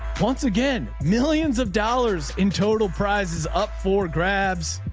once again, millions of dollars in total prizes up for grabs.